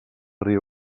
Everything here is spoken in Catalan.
riu